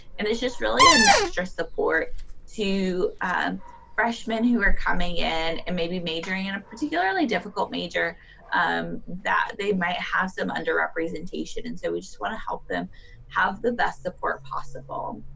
and it's just really an extra support to freshman who are coming in and and maybe majoring in a particularly difficult major that they might have some under-representation. and so, we just want to help them have the best support possible.